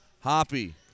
Hoppy